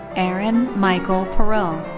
aaron michael perreault.